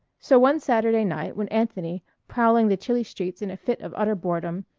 so one saturday night when anthony, prowling the chilly streets in a fit of utter boredom,